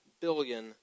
billion